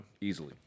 easily